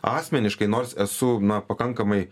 asmeniškai nors esu pakankamai